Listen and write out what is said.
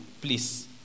please